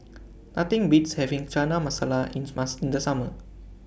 Nothing Beats having Chana Masala in The Summer